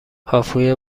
هاپوی